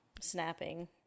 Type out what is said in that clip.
snapping